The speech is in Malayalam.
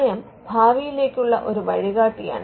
നയം ഭാവിയിലേക്കുള്ള ഒരു വഴികാട്ടിയാണ്